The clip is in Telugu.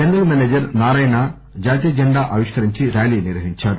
జనరల్ మేసేజర్ నారాయణ జాతీయ జండా ఆవిష్కరించి ర్యాలీ నిర్వహించారు